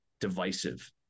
divisive